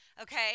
Okay